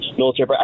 military